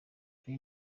ari